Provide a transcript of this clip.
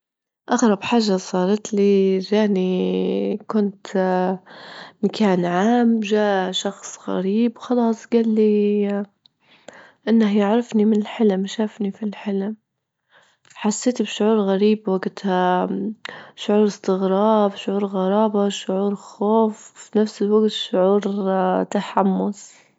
أغرب حاجة صارت لي جاني كنت مكان عام جا شخص غريب خلاص جال لي إنه يعرفني من الحلم، شافني في الحلم، حسيت بشعور غريب وجتها، شعور إستغراب، شعور غرابة، شعور خوف، وفي نفس الوجت شعور تحمس.